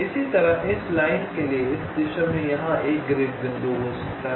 इसी तरह इस लाइन के लिए इस दिशा में यहां एक ग्रिड बिंदु हो सकता है